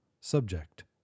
Subject